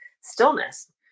stillness